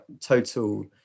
total